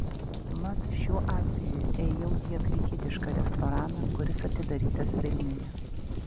mat šiuo atveju ėjau į afrikietišką restoraną kuris atidarytas vilniuje